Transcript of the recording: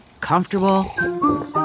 Comfortable